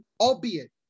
albeit